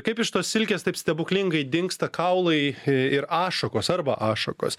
kaip iš tos silkės taip stebuklingai dingsta kaulai e ir ašakos arba ašakos